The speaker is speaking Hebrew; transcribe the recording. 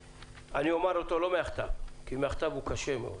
אני אומר אותו לא מהכתב, כי מהכתב הוא קשה מאוד,